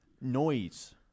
Noise